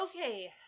okay